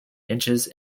inches